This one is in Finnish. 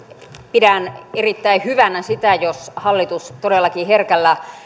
pidän erittäin hyvänä sitä jos hallitus todellakin herkällä